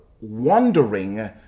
wondering